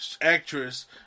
actress